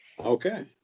Okay